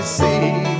see